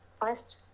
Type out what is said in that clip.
first